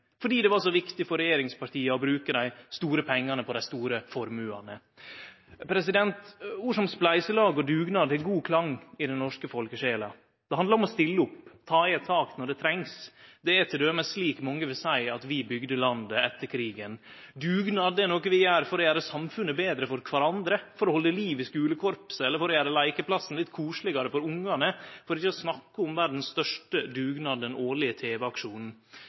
fordi det var så viktig for regjeringspartia å bruke dei store pengane på dei store formuane. Ord som «spleiselag» og «dugnad» har god klang i den norske folkesjela. Det handlar om å stille opp, ta i eit tak når det trengst. Det er t.d. slik mange vil seie at vi bygde landet etter krigen. Dugnad er noko vi gjer for å gjere samfunnet betre for kvarandre, for å halde liv i skulekorpset eller for å gjere leikeplassen litt koselegare for ungane – for ikkje å snakke om verdas største dugnad: den årlege